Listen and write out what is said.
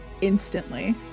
instantly